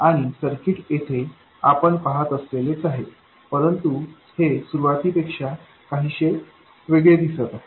आणि सर्किट येथे आपण पहात असलेलेच आहे परंतु हे सुरुवाती पेक्षा काहीशे वेगळे दिसत आहे